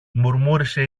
μουρμούρισε